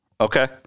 Okay